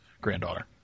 granddaughter